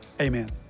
Amen